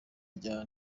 rya